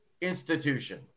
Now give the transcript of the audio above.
institution